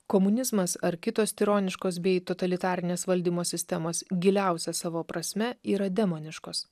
komunizmas ar kitos tironiškos bei totalitarinės valdymo sistemos giliausia savo prasme yra demoniškos